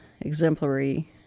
exemplary